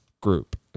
group